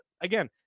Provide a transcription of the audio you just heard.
again